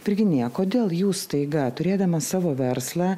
virginija kodėl jūs staiga turėdama savo verslą